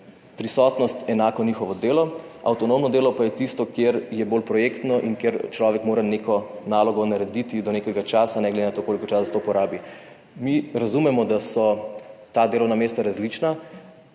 prisotnost enako njihovo delo. Avtonomno delo pa je tisto, kjer je bolj projektno in kjer človek mora neko nalogo narediti do nekega časa, ne glede na to koliko časa za to porabi. Mi razumemo, da so ta delovna mesta različna,